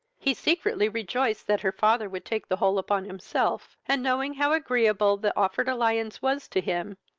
he secretly rejoiced that her father would take the whole upon himself and, knowing how agreeable the offered alliance was to him,